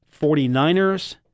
49ers